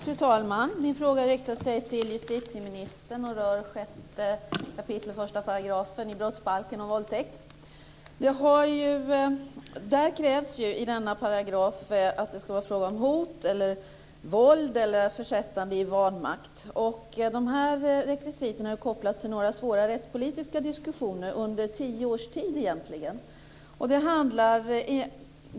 Fru talman! Min fråga riktar sig till justitieministern och rör 6 kap. 1 § i brottsbalken, om våldtäkt. I denna paragraf krävs ju att det ska vara fråga om hot, våld eller försättande i vanmakt. De här rekvisiten har kopplats till några svåra rättspolitiska diskussioner under egentligen tio års tid.